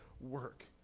work